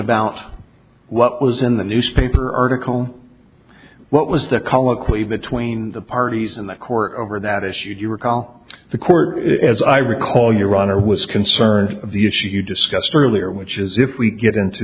about what was in the newspaper article what was the colloquy between the parties in the court over that issue do you recall the court as i recall your honor was concerned of the issue you discussed earlier which is if we get into